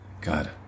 God